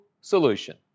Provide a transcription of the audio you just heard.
solution